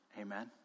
Amen